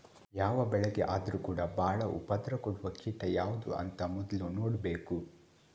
ಯಾವ ಬೆಳೆಗೆ ಆದ್ರೂ ಕೂಡಾ ಬಾಳ ಉಪದ್ರ ಕೊಡುವ ಕೀಟ ಯಾವ್ದು ಅಂತ ಮೊದ್ಲು ನೋಡ್ಬೇಕು